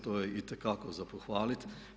To je itekako za pohvaliti.